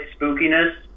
spookiness